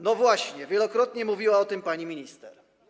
No właśnie, wielokrotnie mówiła o tym pani minister.